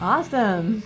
Awesome